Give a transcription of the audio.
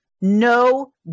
no